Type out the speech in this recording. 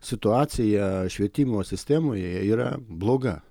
situacija švietimo sistemoje yra bloga